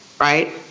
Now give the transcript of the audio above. right